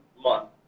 month